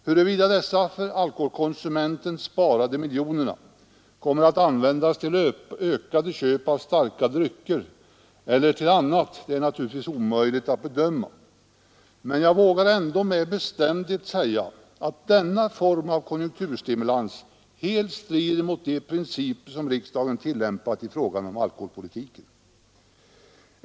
Huruvida dessa för akoholkonsumenten sparade miljoner kommer att användas till ökade köp av starka drycker eller till annat är naturligtvis omöjligt att bedöma, men jag vågar ändå med bestämdhet säga att denna form av konjunkturstimulans helt strider mot de principer som riksdagen tillämpat i fråga om alkoholpolitiken.